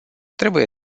trebuie